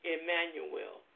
Emmanuel